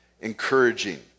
encouraging